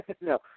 No